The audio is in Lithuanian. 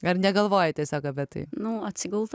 ar negalvoji tiesiog apie tai nu atsigult